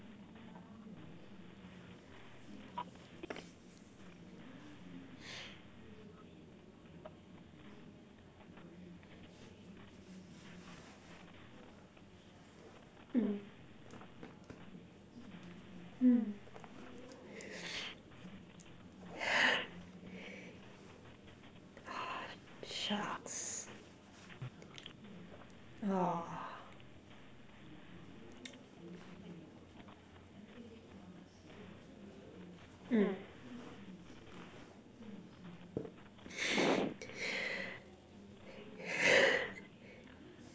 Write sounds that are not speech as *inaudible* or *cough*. mm mm *laughs* !aww! shucks !whoa! mm *laughs*